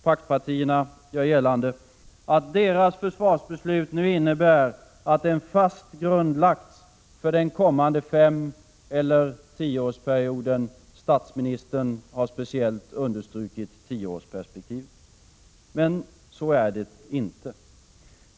Paktpartierna gör gällande att deras försvarsbeslut innebär att en fast grund nu lagts för den kommande femoch tioårsperioden. Statsministern 41 har speciellt understrukit tioårsperspektivet. Men så är det inte.